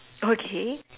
okay